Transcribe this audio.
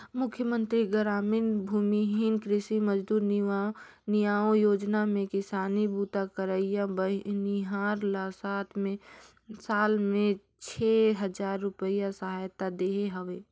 मुख्यमंतरी गरामीन भूमिहीन कृषि मजदूर नियाव योजना में किसानी बूता करइया बनिहार ल साल में छै हजार रूपिया सहायता देहे हवे